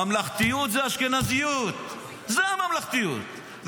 ממלכתיות זה אשכנזיות, זאת ממלכתיות.